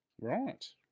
Right